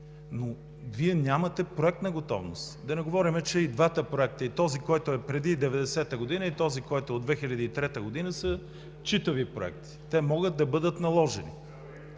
но Вие нямате проектна готовност. Да не говорим, че и двата проекта – и този, който е преди 1990 г., и този, който е от 2003 г., са читави. Те могат да бъдат наложени